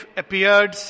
appeared